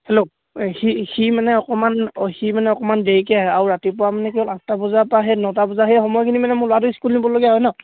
hello সি সি মানে অকণমান সি মানে অকণমান দেৰিকৈ আহে আৰু ৰাতিপুৱা মানে কি হ'ল আঠটা বজাৰ পৰা সেই নটা বজা সেই সময়খিনি মানে মোৰ ল'ৰাটো স্কুল নিবলগীয়া হয় নহ্